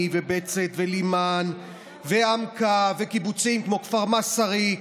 ובצת ולימן ועמקה וקיבוצים כמו כפר מסריק